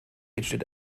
entsteht